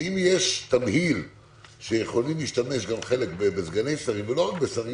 שאם יש תמהיל שיכולים להשתמש חלק בסגני שרים ולא רק בשרים,